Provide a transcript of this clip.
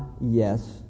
yes